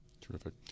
Terrific